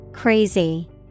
Crazy